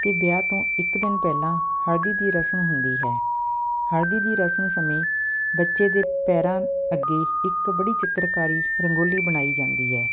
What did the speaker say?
ਅਤੇ ਵਿਆਹ ਤੋਂ ਇੱਕ ਦਿਨ ਪਹਿਲਾਂ ਹਲ਼ਦੀ ਦੀ ਰਸਮ ਹੁੰਦੀ ਹੈ ਹਲ਼ਦੀ ਦੀ ਰਸਮ ਸਮੇਂ ਬੱਚੇ ਦੇ ਪੈਰਾਂ ਅੱਗੇ ਇੱਕ ਬੜੀ ਚਿੱਤਰਕਾਰੀ ਰੰਗੋਲੀ ਬਣਾਈ ਜਾਂਦੀ ਹੈ